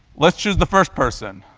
let's choose the first person,